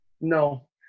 No